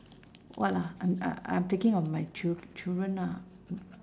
what lah I'm I I'm thinking of my chil~ children lah